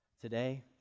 today